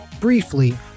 briefly